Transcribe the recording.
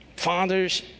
father's